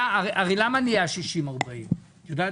למה נהיה 60-40?